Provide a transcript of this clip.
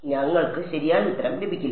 അതിനാൽ ഞങ്ങൾക്ക് ശരിയായ ഉത്തരം ലഭിക്കില്ല